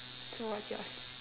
so what's yours